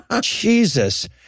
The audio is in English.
Jesus